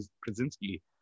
Krasinski